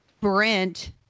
Brent